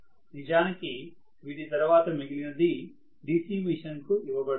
నిజానికి వీటి తర్వాత మిగిలినది DC మిషన్ కు ఇవ్వబడుతుంది